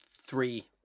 three